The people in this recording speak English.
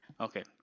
Okay